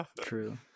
True